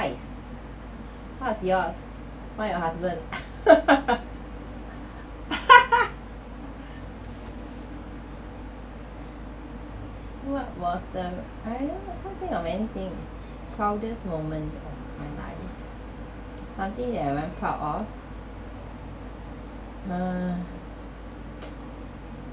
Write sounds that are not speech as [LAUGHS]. life what's yours why your husband [LAUGHS] [LAUGHS] what was the I don't know can't think of anything proudest moment ah of my life something that I very proud of ah [NOISE]